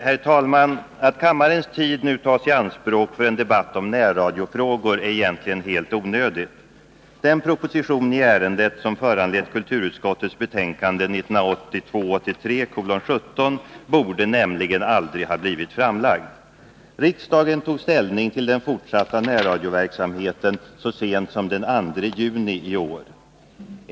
Herr talman! Att kammarens tid nu tas i anspråk för en debatt om närradiofrågor är egentligen helt onödigt. Den proposition i ärendet som har föranlett kulturutskottets betänkande nr 17 borde nämligen aldrig ha blivit framlagd. Riksdagen tog ställning till den fortsatta närradioverksamheten så sent som den 2 juni i år.